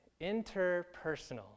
Interpersonal